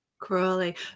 Crawley